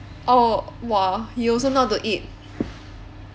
oh !wah! he also know how to eat